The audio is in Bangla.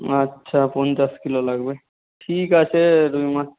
আচ্ছা পোঞ্চাশ কিলো লাগবে ঠিক আছে রুই মাছ